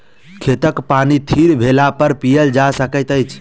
खेतक पानि थीर भेलापर पीयल जा सकैत अछि